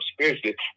spiritually